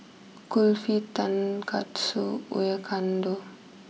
Kulfi Tonkatsu Oyakodon